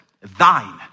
thine